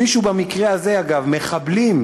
מישהו, במקרה הזה, אגב, מחבלים,